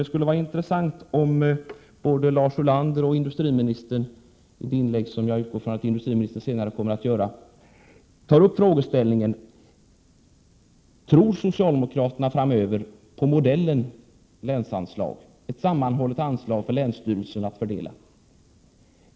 Det skulle därför vara intressant om både Lars Ulander och industriministern, i det inlägg som jag utgår från att industriministern kommer att göra, tar upp denna frågeställning: Tror socialdemokraterna på 1 fördela?